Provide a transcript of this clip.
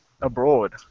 abroad